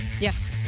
Yes